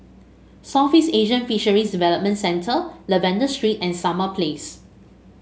Southeast Asian Fisheries Development Centre Lavender Street and Summer Place